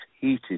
heated